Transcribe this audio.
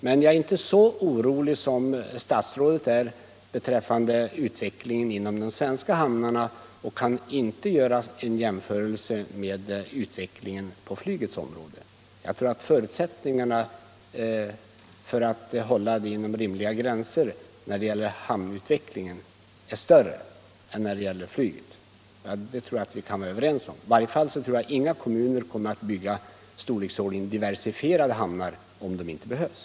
Men jag är inte så orolig som statsrådet beträffande utvecklingen inom de svenska hamnarna och kan inte göra en jämförelse med utvecklingen på flygets område. Jag tror att förutsättningarna för att hålla hamnutvecklingen inom rimliga gränser är större än när det gäller motsvarande utveckling inom flyget. Det tror jag att vi kan vara överens om. I varje fall tror jag inte att någon kommun kommer att bygga diversifierade hamnar, om sådana inte behövs.